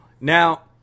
Now